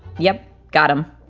yep, got them.